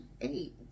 eight